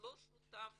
לא שותף